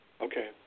Okay